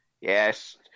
Yes